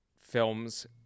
films